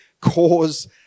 cause